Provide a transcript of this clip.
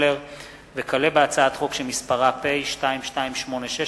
וכלה בהצעת חוק שמספרה פ/2286/18,